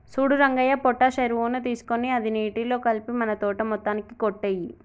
సూడు రంగయ్య పొటాష్ ఎరువుని తీసుకొని అది నీటిలో కలిపి మన తోట మొత్తానికి కొట్టేయి